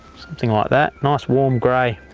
something like that, nice warm grey.